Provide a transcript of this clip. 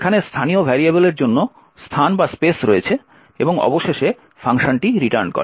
এখানে স্থানীয় ভেরিয়েবলের জন্য স্থান রয়েছে এবং অবশেষে ফাংশনটি রিটার্ন করে